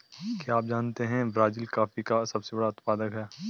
क्या आप जानते है ब्राज़ील कॉफ़ी का सबसे बड़ा उत्पादक है